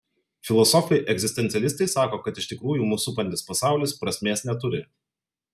filosofai egzistencialistai sako kad iš tikrųjų mus supantis pasaulis prasmės neturi